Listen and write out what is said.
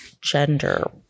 gender